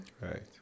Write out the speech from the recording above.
Right